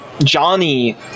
Johnny